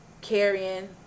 carrying